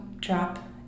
drop